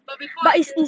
but before I say